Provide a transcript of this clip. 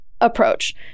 approach